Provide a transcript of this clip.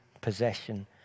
possession